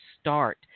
start